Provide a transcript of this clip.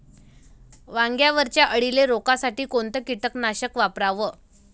वांग्यावरच्या अळीले रोकासाठी कोनतं कीटकनाशक वापराव?